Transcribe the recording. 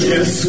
Yes